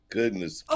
Goodness